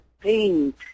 paint